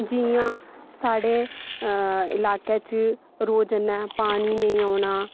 जि'यां साढ़े इलाके च रोज़ पानी नेईं औना